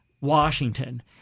Washington